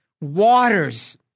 waters